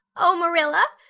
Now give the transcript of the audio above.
oh, marilla,